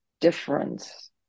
difference